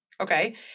okay